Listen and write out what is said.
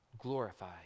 glorify